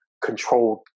controlled